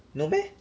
no meh